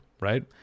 right